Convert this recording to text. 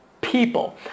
people